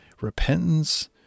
repentance